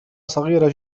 صغيرة